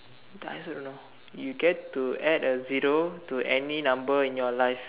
I also don't know you get to add a zero to any number in your life